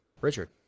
Richard